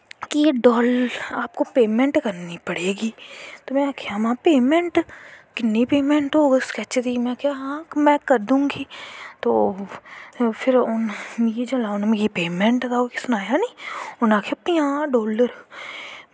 आपको पेमैंट करनीं पढ़ेगी ते में आक्खेआ महां पेमाैंट किन्नी पेमैंट होग स्कैच दी में आक्खेआ हां में कर दूंगी ते जिसलै उन्न मिगी पेंमैंट दा सनाया नी उनैं आक्खेआ पंज़ाह् डाल्लर